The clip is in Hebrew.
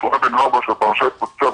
שהיה בן ארבע כשהפרשה התפוצצה,